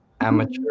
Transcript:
Amateur